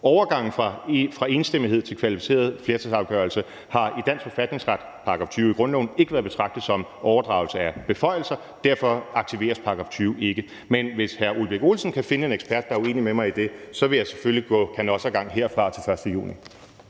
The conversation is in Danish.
Overgangen fra enstemmighed til kvalificeret flertalsafgørelse har i dansk forfatningsret, § 20 i grundloven, ikke været at betragte som overdragelse af beføjelser, og derfor aktiveres § 20 ikke. Men hvis hr. Ole Birk Olesen kan finde en ekspert, der er uenig med mig i det, vil jeg selvfølgelig gå canossagang herfra og til den 1. juni.